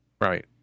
Right